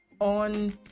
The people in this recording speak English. on